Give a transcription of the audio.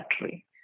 battery